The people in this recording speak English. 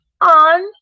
on